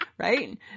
Right